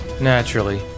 Naturally